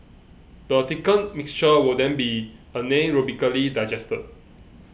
the thickened mixture will then be anaerobically digested